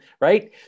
Right